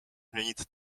změnit